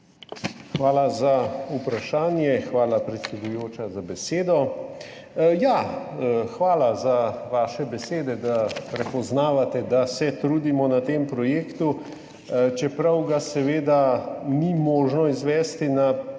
Hvala za vprašanje. Hvala, predsedujoča, za besedo. Hvala za vaše besede, da prepoznavate, da se trudimo na tem projektu, čeprav ga seveda ni možno izvesti na predvideni